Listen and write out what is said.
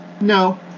No